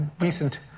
recent